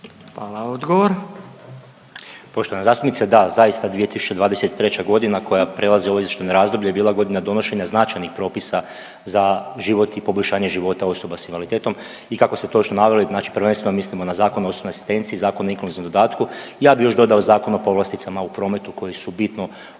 Darijo** Poštovana zastupnice, da, zaista, 2023. g. koja prelazi ovo .../Govornik se ne razumije./... razdoblje je bila godina donošenja značajnih propisa za život i poboljšanje života osoba s invaliditetom i kako ste točno naveli, znači prvenstveno mislimo na Zakon o osobnoj asistenciji, Zakon o inkluzivnom dodatku, ja bih još dodao Zakon o povlasticama u prometu koji su bitno